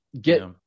get